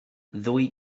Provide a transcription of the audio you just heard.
ddwy